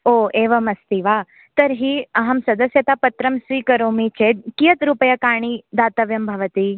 ओ एवम् अस्ति वा तर्हि अहं सदस्यता पत्रं स्वीकरोमि चेत् कीयद् रूप्यकाणि दातव्यं भवति